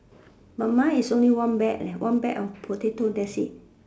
but mine is only one bag leh one bag of potato that's it